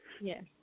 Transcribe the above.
Yes